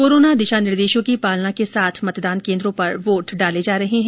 corona दिशा निर्देशों की पालना के साथ मतदान केन्द्रो पर वोट डाले जा रहे हैं